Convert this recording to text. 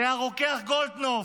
זה הרוקח גולדקנופ.